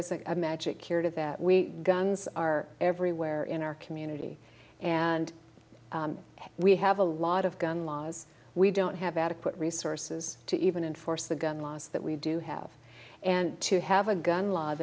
is a magic cure to that we guns are everywhere in our community and we have a lot of gun laws we don't have adequate resources to even enforce the gun laws that we do have and to have a gun law